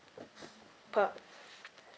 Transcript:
per